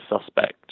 suspect